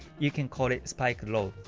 you can call it spike low.